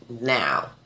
now